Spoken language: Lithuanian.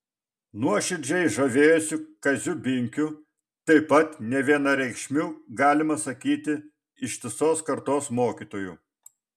nuoširdžiai žavėjosi kaziu binkiu taip pat nevienareikšmiu galima sakyti ištisos kartos mokytoju